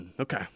Okay